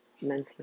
mentally